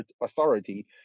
authority